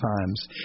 Times